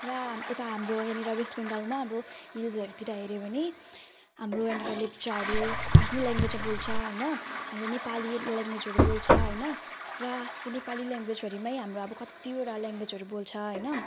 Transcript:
र यता हाम्रो यहाँनेर वेस्ट बेङ्गलमा अब हिल्सहरूतिर हेर्यो भने हाम्रो यहाँनेर लेप्चाहरू आफ्नो ल्याङ्गवेजमा बोल्छ होइन हाम्रो नेपाली ल्याङ्गवेजहरू बोल्छ होइन र यो नेपाली ल्याङ्गवेजभरिमै हाम्रो अब कतिवटा ल्याङ्गवेजहरू बोल्छ होइन